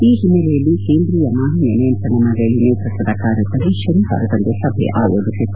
ಈ ಹಿನ್ನೆಲೆಯಲ್ಲಿ ಕೇಂದ್ರೀಯ ಮಾಲಿನ್ನ ನಿಯಂತ್ರಣ ಮಂಡಳಿ ನೇತೃತ್ವದ ಕಾರ್ಯಪಡೆ ಶನಿವಾರದಂದು ಸಭೆ ಆಯೋಜಿಸಿತ್ತು